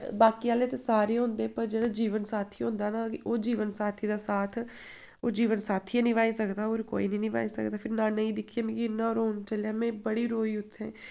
बाकी आह्ले ते सारे होंदे पर जेह्ड़ा जीवन साथी होंदा ना कि ओह् जीवन साथी दा साथ ओह् जीवन साथी गै नभाई सकदा होर कोई निं नभाई सकदा फिर नाना जी गी दिक्खियै मिगी इन्ना रोन चलेआ में बड़ी रोई उत्थै